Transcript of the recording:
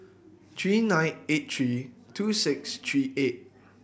three nine eight three two six three eight